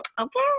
okay